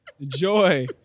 Joy